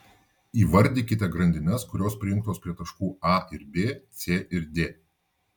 įvardykite grandines kurios prijungtos prie taškų a ir b c ir d